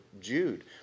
Jude